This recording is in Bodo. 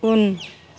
उन